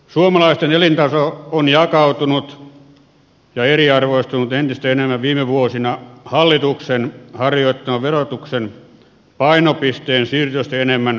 suomalaisten elintaso on jakautunut ja eriarvoistunut entistä enemmän viime vuosina hallituksen siirrettyä verotuksen painopistettä enemmän kulutusverotukseen